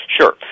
Sure